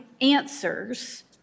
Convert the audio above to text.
answers